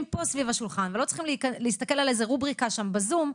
פה סביב השולחן ולא צריכים להסתכל על איזו רובריקה בזום,